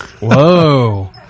Whoa